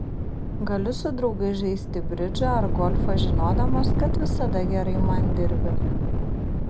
galiu su draugais žaisti bridžą ar golfą žinodamas kad visada gerai man dirbi